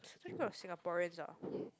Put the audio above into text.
typical of Singaporeans ah